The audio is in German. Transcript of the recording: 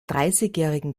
dreißigjährigen